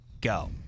go